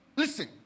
Listen